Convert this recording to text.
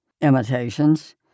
imitations